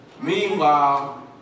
Meanwhile